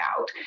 out